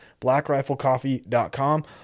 blackriflecoffee.com